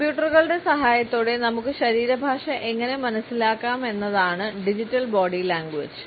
കമ്പ്യൂട്ടറുകളുടെ സഹായത്തോടെ നമുക്ക് ശരീരഭാഷ എങ്ങനെ മനസ്സിലാക്കാമെന്നതാണ് ഡിജിറ്റൽ ബോഡി ലാംഗ്വേജ്